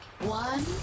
One